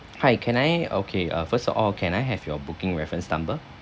hi can I okay uh first of all can I have your booking reference number